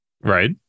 Right